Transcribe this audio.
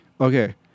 Okay